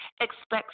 expect